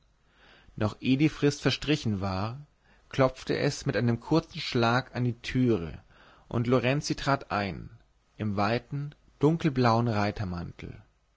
noch eh die frist verstrichen war klopfte es mit einem kurzen schlag an die türe und lorenzi trat ein im weiten dunkelblauen